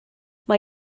mae